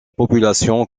population